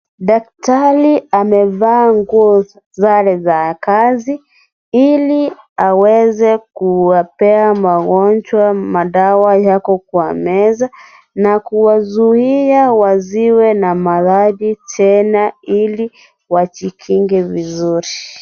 Daktari amevaa nguo za sare za kazi, ili aweze kuwapea magonjwa. Madawa yako kwa meza. Na kuwazuia wasiwe na maradhi tena ili wajikinge vizuri.